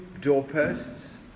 doorposts